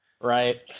Right